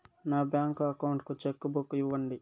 నా bank account కు cheque book ఇవ్వండి